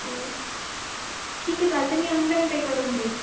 okay ठीक आहे चालते मी ऑनलाईन पे करून देईल